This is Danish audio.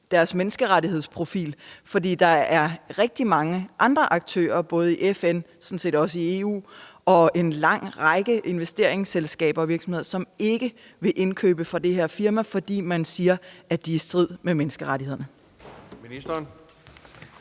deres menneskerettighedsprofil. For der er rigtig mange andre aktører, både i FN og sådan set også i EU, og en lang række investeringsselskaber og virksomheder, som ikke vil indkøbe fra det her firma, fordi man siger, at de handler i strid med menneskerettighederne. Kl.